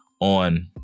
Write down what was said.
on